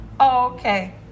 okay